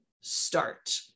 start